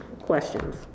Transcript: Questions